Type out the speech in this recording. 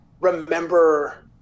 remember